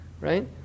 right